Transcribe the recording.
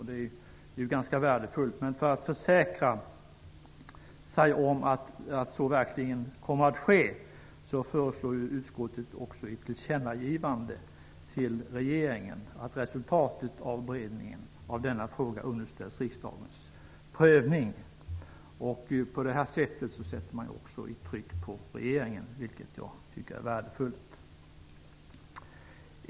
Det är värdefullt, men för att försäkra sig om att så verkligen kommer att ske föreslår utskottet också ett tillkännagivande till regeringen att resultatet av beredningen av denna fråga underställs riksdagens prövning. På det sättet sätter man också ett tryck på regeringen, vilket jag tycker är värdefullt.